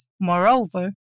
Moreover